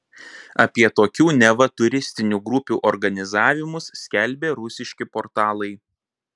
apie tokių neva turistinių grupių organizavimus skelbė rusiški portalai